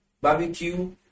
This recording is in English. barbecue